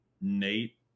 Nate